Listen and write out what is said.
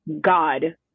God